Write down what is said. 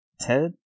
Ted